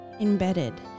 embedded